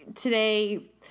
today